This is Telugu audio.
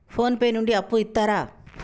ఫోన్ పే నుండి అప్పు ఇత్తరా?